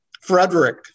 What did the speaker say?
Frederick